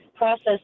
process